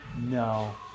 No